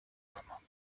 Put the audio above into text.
commandos